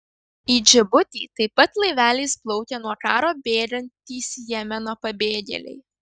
į džibutį taip pat laiveliais plaukia nuo karo bėgantys jemeno pabėgėliai